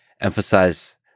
Emphasize